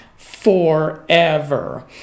forever